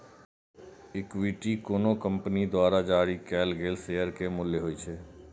equity कोनो company द्वारा जारी कैल गेल शेयर के मूल्य होइ छै